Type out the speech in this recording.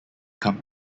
come